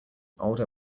older